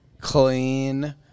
clean